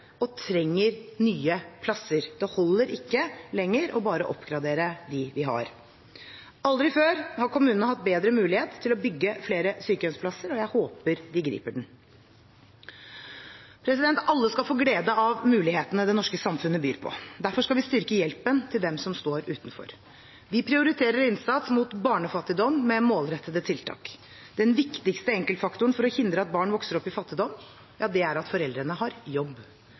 og trenger nye plasser. Det holder ikke lenger bare å oppgradere dem vi har. Aldri før har kommunene hatt bedre mulighet til å bygge flere sykehjemsplasser. Jeg håper de griper den. Alle skal få glede av mulighetene det norske samfunnet byr på. Derfor skal vi styrke hjelpen til dem som står utenfor. Vi prioriterer innsats mot barnefattigdom med målrettede tiltak. Den viktigste enkeltfaktoren for å hindre at barn vokser opp i fattigdom, er at foreldrene har jobb.